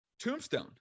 Tombstone